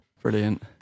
brilliant